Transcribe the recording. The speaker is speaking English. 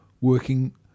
working